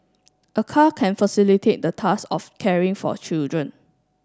a car can facilitate the task of caring for children